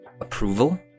approval